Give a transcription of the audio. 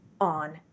on